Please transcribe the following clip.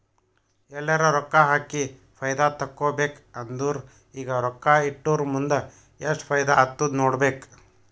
ಎಲ್ಲರೆ ರೊಕ್ಕಾ ಹಾಕಿ ಫೈದಾ ತೆಕ್ಕೋಬೇಕ್ ಅಂದುರ್ ಈಗ ರೊಕ್ಕಾ ಇಟ್ಟುರ್ ಮುಂದ್ ಎಸ್ಟ್ ಫೈದಾ ಆತ್ತುದ್ ನೋಡ್ಬೇಕ್